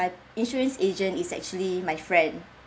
my insurance agent is actually my friend